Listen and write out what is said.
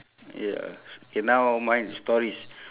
ya s~ K now mine is stories